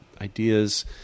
ideas